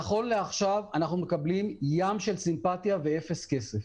נכון לעכשיו אנחנו מקבלים ים של סימפטיה ואפס כסף.